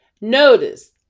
Notice